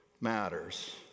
matters